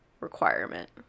requirement